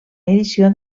edició